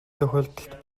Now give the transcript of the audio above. тохиолдолд